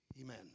Amen